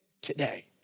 today